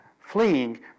fleeing